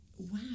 wow